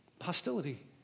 Hostility